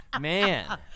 Man